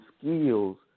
skills